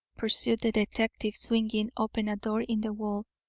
pursued the detective, swinging open a door in the wall,